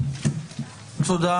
תודה.